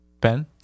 Ben